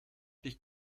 dich